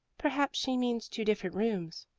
perhaps she means two different rooms.